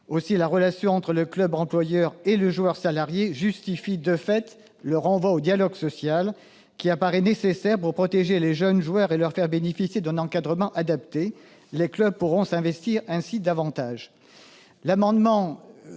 La relation entre le club employeur et le joueur salarié justifie de fait le renvoi au dialogue social, qui apparaît nécessaire pour protéger les jeunes joueurs et leur faire bénéficier d'un encadrement adapté. Les clubs pourront ainsi s'investir davantage.